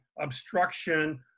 obstruction